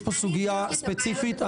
יש פה סוגיה ספציפית,